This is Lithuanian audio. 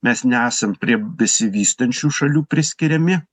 mes nesam prie besivystančių šalių priskiriami